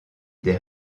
des